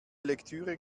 lektüre